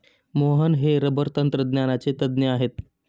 मोहन हे रबर तंत्रज्ञानाचे तज्ज्ञ आहेत